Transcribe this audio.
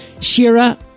Shira